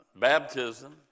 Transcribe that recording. baptism